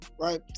right